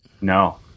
No